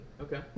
Okay